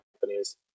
companies